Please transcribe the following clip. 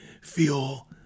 feel